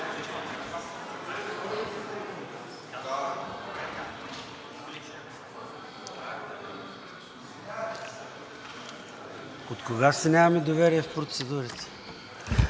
Откога си нямаме доверие в процедурите?